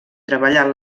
treballar